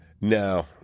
No